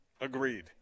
Agreed